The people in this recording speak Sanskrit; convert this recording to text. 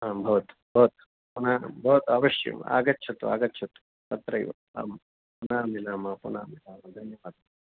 आं भवतु भवतु पुनः भवतु अवश्यम् आगच्छतु आगच्छतु तत्रैव आमाम् पुनः मिलामः पुनः मिलामः धन्यवादः